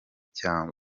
cya